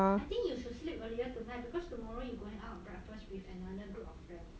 I think you should sleep earlier tonight because tomorrow you going out eat breakfast with another group of friends